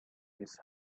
his